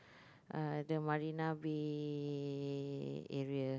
uh the Marina-Bay area